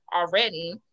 already